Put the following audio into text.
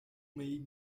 may